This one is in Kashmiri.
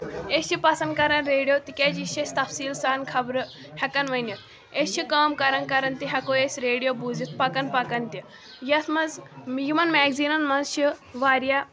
أسۍ چھِ پسند کران ریڈیو تِکیازِ یہِ چھُ اَسہِ تَفصیٖل سان خبرٕ ہٮ۪کان ؤنِتھ أسۍ چھِ کٲم کران کران تہِ ہٮ۪کو أسۍ ریڈیو بوٗرِتھ پَکان پَکان تہِ یَتھ منٛز یِمن میگزیٖنن منٛز چھِ واریاہ